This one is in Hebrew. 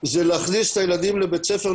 זה להכניס את הילדים לבית הספר,